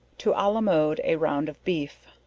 to alamode a round of beef.